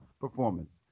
performance